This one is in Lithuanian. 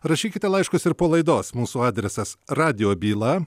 rašykite laiškus ir po laidos mūsų adresas radijo byla